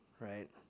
right